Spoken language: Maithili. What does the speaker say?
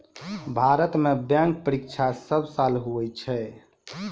भारत मे बैंक परीक्षा सब साल हुवै छै